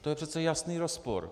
To je přece jasný rozpor.